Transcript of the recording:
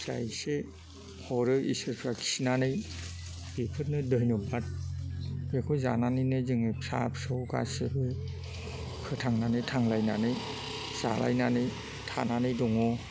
जा एसे हरो इसोरफ्रा खिनानै बेफोरनो धन्यबाद बेखौ जानानैनो जोङो फिसा फिसौ गासिबो फोथांनानै थांलायनानै जालायनानै थानानै दङ